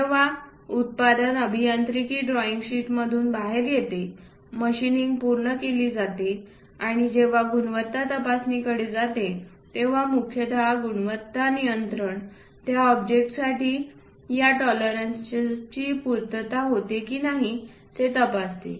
जेव्हा उत्पादन अभियांत्रिकी ड्रॉईंग शीटमधून बाहेर येते मशीनिंग पूर्ण केली जाते आणि जेव्हा गुणवत्ता तपासणीकडे जाते तेव्हा मुख्यत गुणवत्ता नियंत्रण त्या ऑब्जेक्टसाठी या टॉलरन्सची पूर्तता होते की नाही ते तपासते